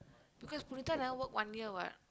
because Punitha never work one year what